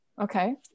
Okay